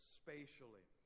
spatially